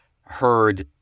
heard